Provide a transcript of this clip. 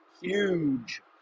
huge